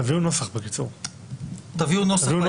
תקשיבו,